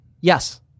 yes